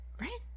right